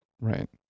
Right